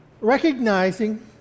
recognizing